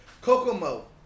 Kokomo